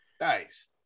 Nice